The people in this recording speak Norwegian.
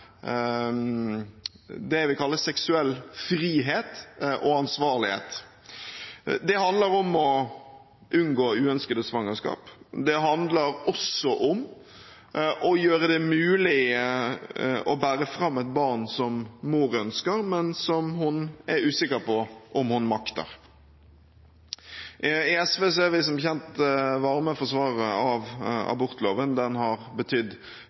det jeg vil kalle seksuell frihet og ansvarlighet. Det handler om å unngå uønskede svangerskap, og det handler om å gjøre det mulig å bære fram et barn som mor ønsker, men som hun er usikker på om hun makter. I SV er vi som kjent varme forsvarere av abortloven. Den har betydd